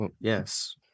Yes